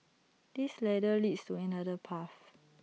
this ladder leads to another path